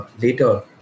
later